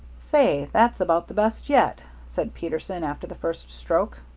say, that's about the best yet, said peterson, after the first stroke.